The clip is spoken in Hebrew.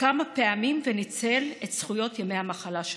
כמה פעמים וניצל את זכויות ימי המחלה שלו.